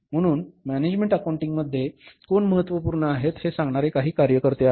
म्हणूनच मॅनेजमेंट अकाउंटिंगमध्ये कोण महत्त्वपूर्ण आहेत हे सांगणारे काही कार्यकर्ते आहेत